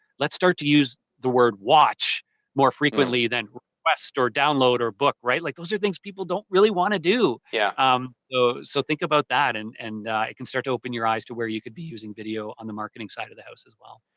let's start to use the word watch more frequently than request or download or book, right? like those are things people don't really want to do. yeah um so, think about that and and it can start to open your eyes to where you could be using video on the marketing side of the house as well.